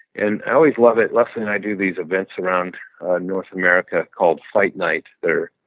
and i always love it. les and i do these events around north america called fight night. they're